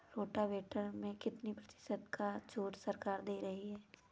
Rotavator में कितनी प्रतिशत का छूट सरकार दे रही है?